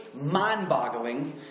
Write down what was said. mind-boggling